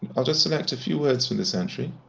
i'll just select a few words from this entry